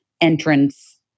entrance